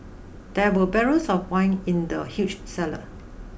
there were barrels of wine in the huge cellar